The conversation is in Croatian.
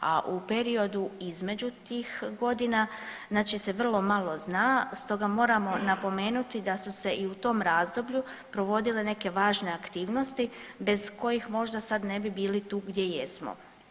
A u periodu između tih godina znači se vrlo malo zna stoga moramo napomenuti da su se i u tom razdoblju provodile neke važne aktivnosti bez kojih možda sad ne bi bili tu gdje jesmo.